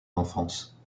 enfance